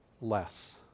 less